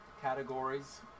categories